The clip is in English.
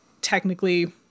technically